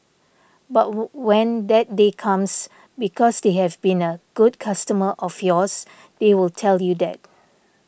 but when that day comes because they have been a good customer of yours they will tell you that